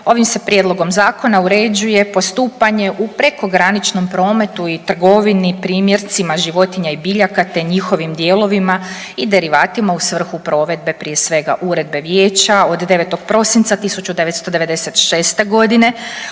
Ovim se prijedlogom zakona uređuje postupanje u prekograničnom prometu i trgovini primjercima životinja i biljaka, te njihovim dijelovima i derivatima u svrhu provedbe prije svega Uredbe Vijeća od 9. prosinca 1996.g.